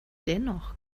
dennoch